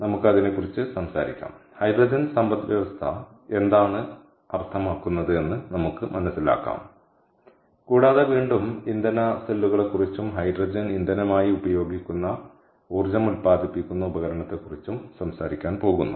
നമുക്ക് അതിനെക്കുറിച്ച് സംസാരിക്കാം ഹൈഡ്രജൻ സമ്പദ്വ്യവസ്ഥ എന്താണ് അർത്ഥമാക്കുന്നത് എന്ന് നമുക്ക് മനസിലാക്കാം കൂടാതെ വീണ്ടും ഇന്ധന സെല്ലുകളെക്കുറിച്ചും ഹൈഡ്രജൻ ഇന്ധനമായി ഉപയോഗിക്കുന്ന ഊർജ്ജം ഉൽപ്പാദിപ്പിക്കുന്ന ഉപകരണത്തെക്കുറിച്ചും സംസാരിക്കാൻ പോകുന്നു